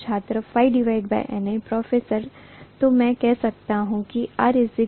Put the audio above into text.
छात्र ΦNi professor तो मैं कह सकता हूं ℜlμA